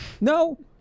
No